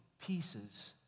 pieces